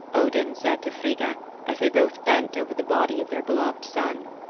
odin said to frigga as they both bent over the body of their beloved son.